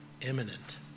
imminent